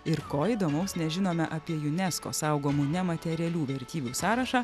ir ko įdomaus nežinome apie unesco saugomų nematerialių vertybių sąrašą